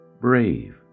brave